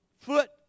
foot